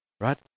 right